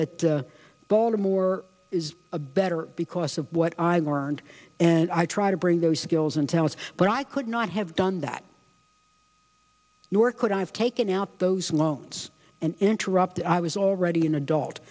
that baltimore is a better because of what i learned and i try to bring those skills and talents but i could not have done that nor could i have taken out those loans and interrupt i was already an adult